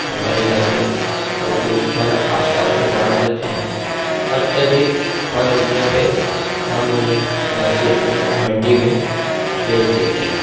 हमारे घर में और कुछ फल आसपास में बाँट देते हैं अत्यधिक फल उगने पर हम उन्हें मार्केट में मंडी में बेच देते हैं